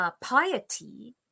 piety